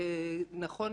שנכון